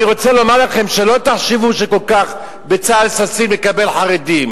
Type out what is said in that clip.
אני רוצה לומר לכם: שלא תחשבו שבצה"ל ששים כל כך לקבל חרדים.